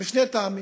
משני טעמים.